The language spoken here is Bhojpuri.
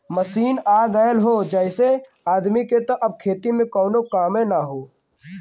मशीन आ गयल हौ जेसे आदमी के त अब खेती में कउनो काम ना हौ